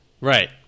Right